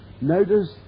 Notice